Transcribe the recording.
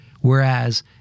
Whereas